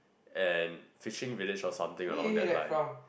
and fishing village or something along that line